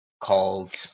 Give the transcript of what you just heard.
called